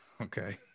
Okay